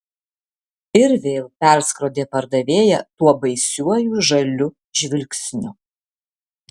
ir vėl perskrodė pardavėją tuo baisiuoju žaliu žvilgsniu